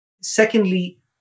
Secondly